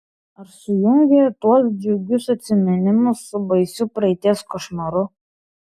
ar sujungė tuos džiugius atsiminimus su baisiu praeities košmaru